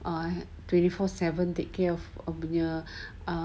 ah twenty four seven take care of punya